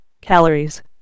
calories